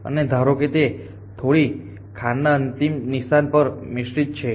અને ધારો કે તે થોડી ખાંડના અંતિમ નિશાન પર મિશ્રિત છે